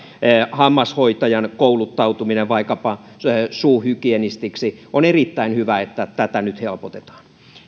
hammashoitajan kouluttautuminen vaikkapa suuhygienistiksi on erittäin hyvä että tätä nyt helpotetaan